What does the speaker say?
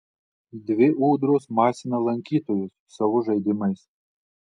dvi ūdros masina lankytojus savo žaidimais